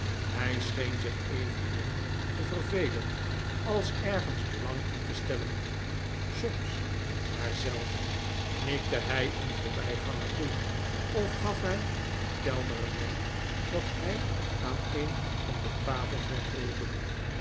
hij scheen zich evenmin te vervelen als ergens belang in te stellen soms maar zelden knikte hij een voorbij ganger toe of gaf hij een kellner een wenk dat hij aan een van de tafels werd geroepen